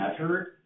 measured